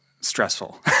stressful